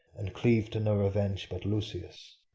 and cleave to no revenge but lucius.